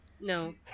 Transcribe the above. No